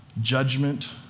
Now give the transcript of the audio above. judgment